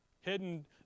Hidden